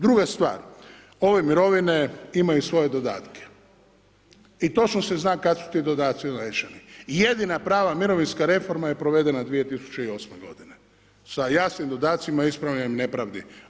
Druga stvar, ove mirovine imaju svoje dodatke, i točno se zna kad su ti dodaci uvećani, jedina prava mirovinska reforma je provedena 2008. godine, sa jasnim dodacima, ispravljanjem nepravdi.